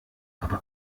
aber